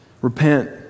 Repent